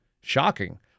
Shocking